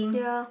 yeah